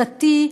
דתי,